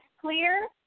clear